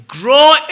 grow